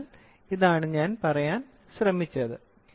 അതിനാൽ ഇതാണ് ഞാൻ പറയാൻ ശ്രമിച്ചത്